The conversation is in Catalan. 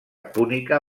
púnica